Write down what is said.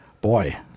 boy